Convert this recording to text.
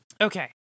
Okay